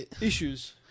Issues